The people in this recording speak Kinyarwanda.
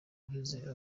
guheza